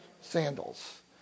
Sandals